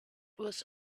was